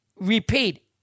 repeat